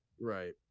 Right